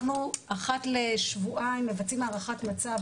אחת לשבועיים אנחנו מבצעים הערכת מצב,